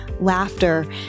laughter